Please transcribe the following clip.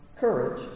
Courage